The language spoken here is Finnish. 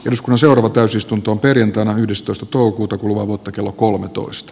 joskus orava täysistunto perjantaina yhdestoista toukokuuta kuluvaa vuotta kello kolmetoista